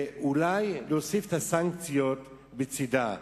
ואולי להוסיף את הסנקציות בצדו,